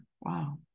Wow